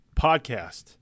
Podcast